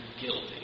guilty